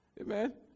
Amen